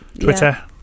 twitter